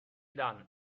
dan